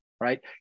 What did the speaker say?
right